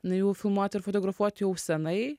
nu jų filmuoti ir fotografuot jau senai